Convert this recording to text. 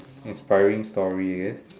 inspiring story I guess